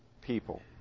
people